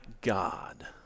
God